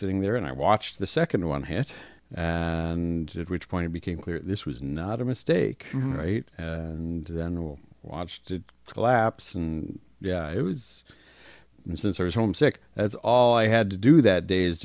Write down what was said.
sitting there and i watched the second one hit and at which point it became clear this was not a mistake right and then we'll watch to collapse and yeah it was and since i was home sick that's all i had to do that day is